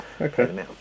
Okay